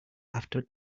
after